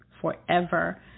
forever